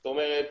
זאת אומרת